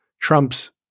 Trump's